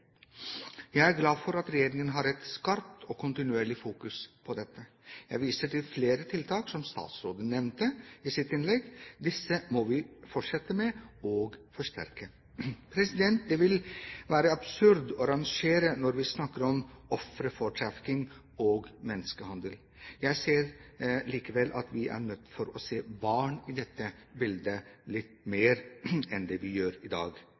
Jeg er glad for at regjeringen har et skarpt og kontinuerlig fokus på dette. Jeg viser til flere tiltak som statsråden nevnte i sitt innlegg. Disse må vi fortsette med og forsterke. Det vil være absurd å rangere når vi snakker om ofre for trafficking og menneskehandel. Jeg ser likevel at vi er nødt til å se barn i dette bildet litt mer enn vi gjør i dag.